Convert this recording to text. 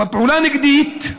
ופעולה נגדית,